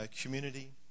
community